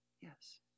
yes